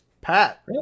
Pat